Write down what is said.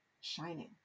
shining